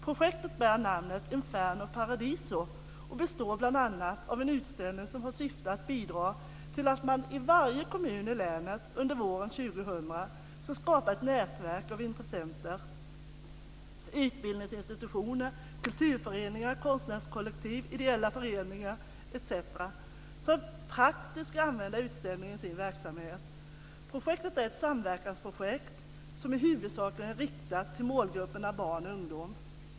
Projektet bär namnet Inferno-Paradiso, och det består bl.a. av en utställning som har som syfte att bidra till att i varje kommun i länet under våren 2000 skapa ett nätverk av intressenter, utbildningsinstitutioner, kulturföreningar, konstnärskollektiv, ideella föreningar etc., som praktiskt ska använda utställningen i sin verksamhet. Projektet är ett samverkansprojekt som i huvudsak är riktat till målgrupperna barn och ungdom.